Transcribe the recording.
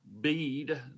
bead